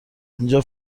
اینجا